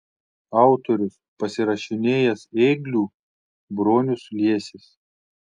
autorius pasirašinėjęs ėgliu bronius liesis